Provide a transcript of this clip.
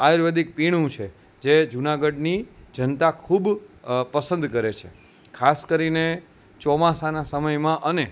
આયુર્વેદિક પીણું છે જે જુનાગઢની જનતા ખૂબ પસંદ કરે છે ખાસ કરીને ચોમાસાના સમયમાં અને